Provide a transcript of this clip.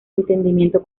entendimiento